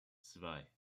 zwei